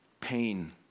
pain